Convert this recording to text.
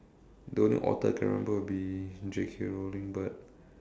the only author I can remember will be J_K-Rowling but